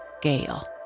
gale